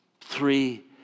Three